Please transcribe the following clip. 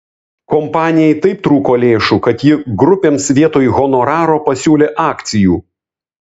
kompanijai taip trūko lėšų kad ji grupėms vietoj honoraro pasiūlė akcijų